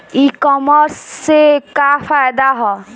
ई कामर्स से का फायदा ह?